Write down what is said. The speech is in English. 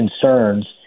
concerns